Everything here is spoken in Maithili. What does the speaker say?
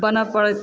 बनऽ पड़त